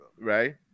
Right